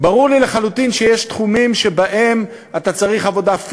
ברור לי לחלוטין שיש תחומים שבהם אתה צריך לעבוד עבודה פיזית,